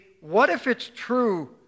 what-if-it's-true